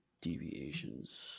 deviations